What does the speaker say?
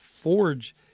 forge